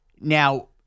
Now